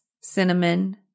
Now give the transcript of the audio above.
cinnamon